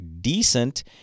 decent